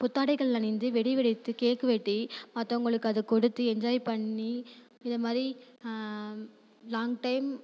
புத்தாடைகள் அணிந்து வெடி வெடித்து கேக் வெட்டி மற்றவங்களுக்கு அதை கொடுத்து என்ஜாய் பண்ணி இது மாதிரி லாங்க் டைம்